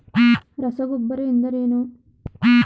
ರಸಗೊಬ್ಬರ ಎಂದರೇನು?